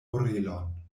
orelon